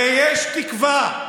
האור, ויש תקווה,